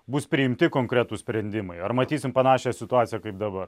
bus priimti konkretūs sprendimai ar matysim panašią situaciją kaip dabar